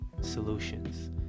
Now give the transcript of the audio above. solutions